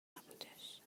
نبودش